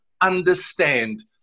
understand